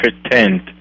pretend